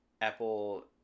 Apple